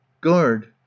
guard